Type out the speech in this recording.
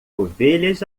ovelhas